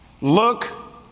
look